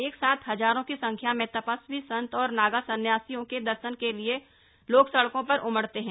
एक साथ हजारों की संख्या में तपस्वी संत और नागा संन्यासियों के दर्शन के लिए लोग सड़कों पर उमड़ते हैं